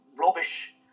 rubbish